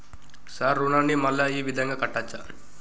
Sir రుణాన్ని మళ్ళా ఈ విధంగా కట్టచ్చా?